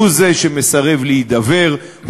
הוא זה שמסרב להידבר,